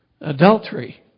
adultery